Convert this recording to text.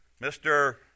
Mr